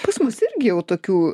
pas mus irgi jau tokių